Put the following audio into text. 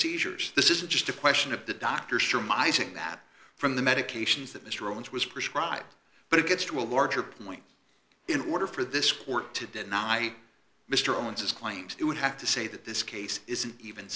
seizures this isn't just a question of the doctor sure my saying that from the medications that mr owens was prescribed but it gets to a larger point in order for this court to deny mr owens his claims it would have to say that this case isn't even